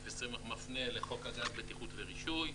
כסמך מפנה לחוק הגז בטיחות ורישוי,